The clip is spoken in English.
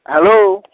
hello